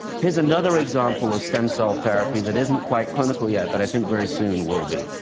here's another example of stem-cell therapy that isn't quite clinical yet, but i think very soon will be.